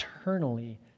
eternally